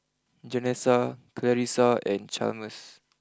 Janessa Clarisa and Chalmers